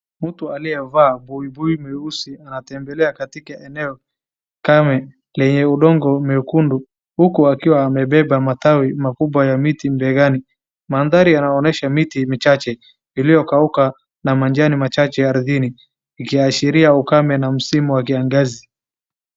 Mtu aliyevaa buibui meusi anatembelea katika eneo kame lenye udongo mekundu huku akiwa amebeba matawi makubwa ya miti mbegani. Mandhari yanaonyesha miti michache iliyokauka na majani machache ardhini ikiashiria ukame na msimu wa kiangazi.